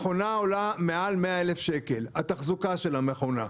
מכונה עולה מעל 100,000 שקל, התחזוקה של המכונה.